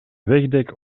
wegdek